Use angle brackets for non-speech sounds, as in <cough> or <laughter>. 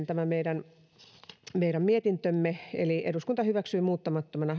<unintelligible> tämä meidän meidän mietintömmehän oli yksimielinen eli eduskunta hyväksyy muuttamattomana <unintelligible>